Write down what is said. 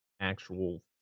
actual